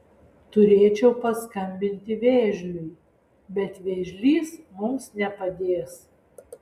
turėčiau paskambinti vėžliui bet vėžlys mums nepadės